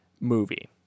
movie